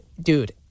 dude